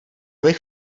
bych